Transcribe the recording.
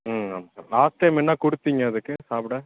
ம் ஆமாம் sir last time என்னா கொடுத்தீங்க அதுக்கு சாப்பிட